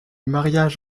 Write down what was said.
mariage